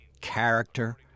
Character